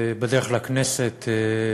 בדרך לכנסת,